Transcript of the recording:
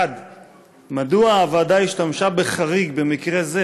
1. מדוע השתמשה הוועדה בחריג במקרה זה